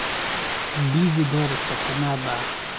बीज दर केतना बा?